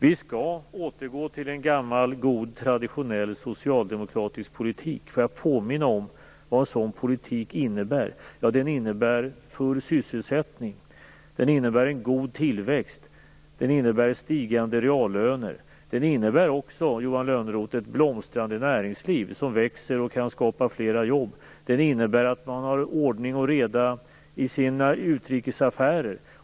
Vi skall återgå till en gammal god, traditionell socialdemokratisk politik för att påminna om vad en sådan politik innebär. Den innebär full sysselsättning, god tillväxt, stigande reallöner. Den innebär också, Johan Lönnroth, ett blomstrande näringsliv som växer och kan skapa flera jobb. Den innebär att man har ordning och reda i sina utrikesaffärer.